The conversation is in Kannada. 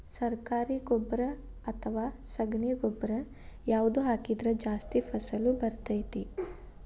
ಸರಕಾರಿ ಗೊಬ್ಬರ ಅಥವಾ ಸಗಣಿ ಗೊಬ್ಬರ ಯಾವ್ದು ಹಾಕಿದ್ರ ಜಾಸ್ತಿ ಫಸಲು ಬರತೈತ್ರಿ?